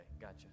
gotcha